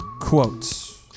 quotes